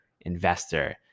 investor